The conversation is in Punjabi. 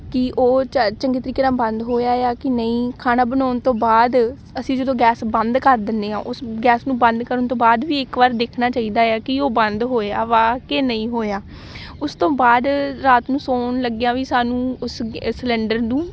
ਕਿ ਉਹ ਚ ਚੰਗੇ ਤਰੀਕੇ ਨਾਲ ਬੰਦ ਹੋਇਆ ਆ ਕਿ ਨਹੀਂ ਖਾਣਾ ਬਣਾਉਣ ਤੋਂ ਬਾਅਦ ਅਸੀਂ ਜਦੋਂ ਗੈਸ ਬੰਦ ਕਰ ਦਿੰਦੇ ਹਾਂ ਉਸ ਗੈਸ ਨੂੰ ਬੰਦ ਕਰਨ ਤੋਂ ਬਾਅਦ ਵੀ ਇੱਕ ਵਾਰ ਦੇਖਣਾ ਚਾਹੀਦਾ ਆ ਕਿ ਉਹ ਬੰਦ ਹੋਇਆ ਵਾ ਕਿ ਨਹੀਂ ਹੋਇਆ ਉਸ ਤੋਂ ਬਾਅਦ ਰਾਤ ਨੂੰ ਸੌਣ ਲੱਗਿਆ ਵੀ ਸਾਨੂੰ ਉਸ ਗ ਸਿਲੰਡਰ ਨੂੰ